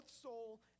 soul